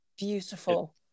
beautiful